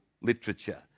literature